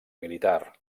militar